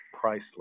priceless